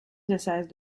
diocèse